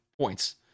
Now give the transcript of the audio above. points